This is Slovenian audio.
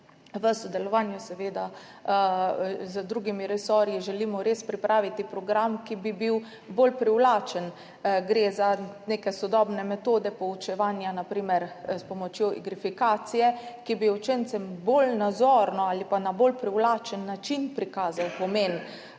v sodelovanju seveda z drugimi resorji, želimo res pripraviti program, ki bi bil bolj privlačen. Gre za neke sodobne metode poučevanja, na primer s pomočjo igrifikacije, ki bi učencem bolj nazorno ali pa na bolj privlačen način prikazale pomen